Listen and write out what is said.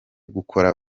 gukora